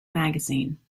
magazine